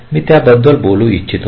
मी याबद्दल बोलू इच्छित आहे